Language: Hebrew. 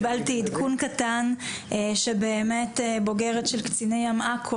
עדכון קטן שבאמת בוגרת של קציני ים עכו,